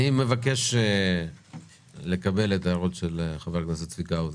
אני מבקש לקבל את ההערות של חבר הכנסת צביקה האוזר.